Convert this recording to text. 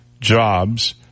jobs